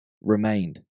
remained